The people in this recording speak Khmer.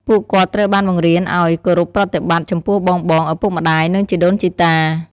ពួកគាត់ត្រូវបានបង្រៀនឱ្យ គោរពប្រតិបត្តិ ចំពោះបងៗ ឪពុកម្ដាយ និងជីដូនជីតា។